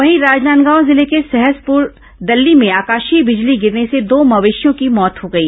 वहीं राजनांदगांव जिले के सहसपूर दल्ली में आकाशीय बिजली गिरने से दो मवेशियों की मौत हो गई